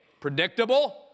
Predictable